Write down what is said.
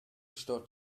sto